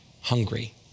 hungry